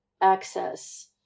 access